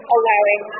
allowing